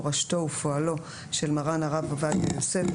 מורשתו ופועלו של מרן הרב עובדיה יוסף,